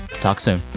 talk soon